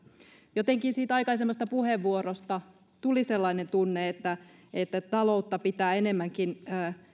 jotenkin siitä aikaisemmasta puheenvuorosta tuli sellainen tunne että että taloutta pitää ennemminkin